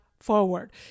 forward